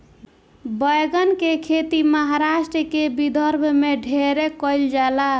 बैगन के खेती महाराष्ट्र के विदर्भ में ढेरे कईल जाला